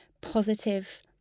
positive